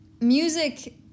music